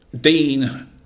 Dean